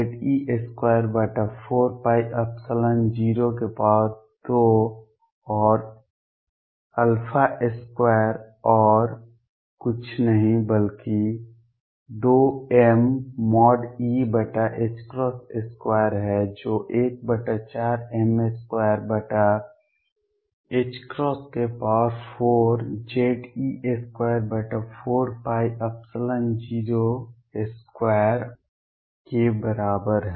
और 2 और कुछ नहीं बल्कि 2mE2 है जो 14m24Ze24π02 के बराबर है